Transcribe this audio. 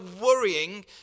worrying